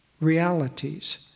realities